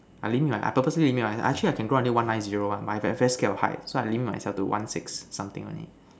I limit myself I purposely limit myself actually I can go until one nine zero one but I'm I'm very scared of heights so I limit myself to one six something only